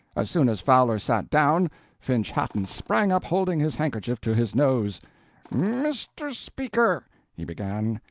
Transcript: as soon as fowler sat down finch-hatton sprang up holding his handkerchief to his nose mr. speaker he began,